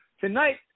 tonight